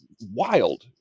wild